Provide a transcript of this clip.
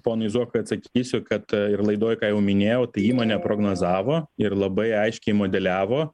ponui zuokui atsakysiu kad ir laidoj ką jau minėjau tai įmonė prognozavo ir labai aiškiai modeliavo